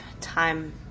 time